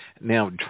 Now